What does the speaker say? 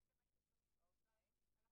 כולנו מזדהים עם אזהרת השביתה,